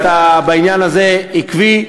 אתה בעניין הזה עקבי.